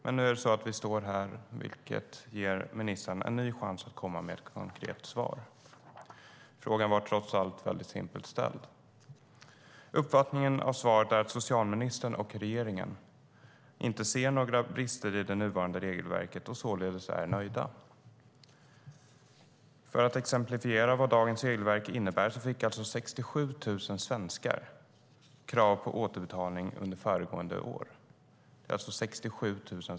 Men nu står vi här, vilket ger ministern en ny chans att komma med ett konkret svar. Frågan var trots allt väldigt simpelt ställd. Uppfattningen av svaret är att socialministern och regeringen inte ser några brister i det nuvarande regelverket och således är nöjda. För att exemplifiera vad dagens regelverk innebär kan jag säga att 67 000 svenskar fick krav på återbetalning under föregående år.